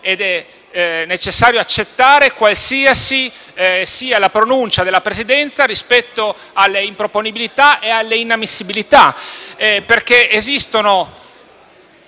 ed è necessario accettare, qualsiasi essa sia, la pronuncia della Presidenza rispetto alle improponibilità e alle inammissibilità. Esistono